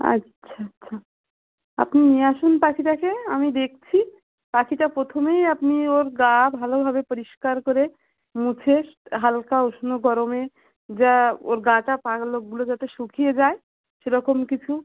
আচ্ছা আচ্ছা আপনি নিয়ে আসুন পাখিটাকে আমি দেখছি পাখিটা প্রথমেই আপনি ওর গা ভালোভাবে পরিষ্কার করে মুছে হালকা উষ্ণ গরমে যা ওর গাটা পালকগুলো যাতে শুকিয়ে যায় সেরকম কিছু